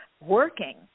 working